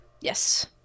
Yes